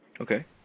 Okay